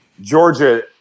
Georgia